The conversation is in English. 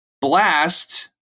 Blast